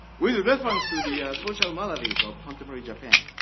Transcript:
with reference to the social maladies of contemporary japan,